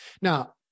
Now